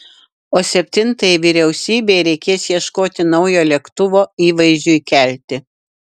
o septintajai vyriausybei reikės ieškoti naujo lėktuvo įvaizdžiui kelti